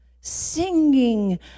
singing